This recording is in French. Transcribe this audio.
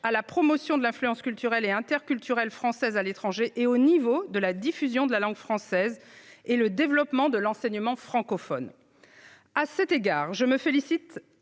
à la promotion de l'influence culturelle et interculturelle française à l'étranger, au niveau de diffusion de la langue française et au développement de l'enseignement francophone. À cet égard, je me félicite